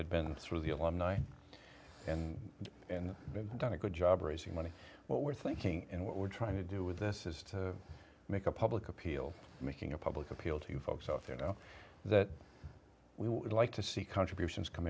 had been through the alumni and and done a good job raising money what we're thinking and what we're trying to do with this is to make a public appeal making a public appeal to folks out there know that we would like to see contributions come